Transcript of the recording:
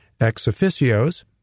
Ex-officios